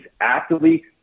actively